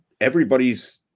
everybody's